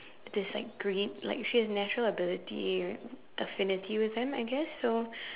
this like great like she has natural ability affinity with them I guess so